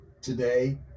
Today